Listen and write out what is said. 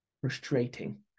frustrating